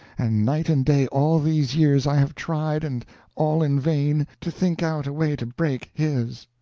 and night and day all these years i have tried, and all in vain, to think out a way to break his.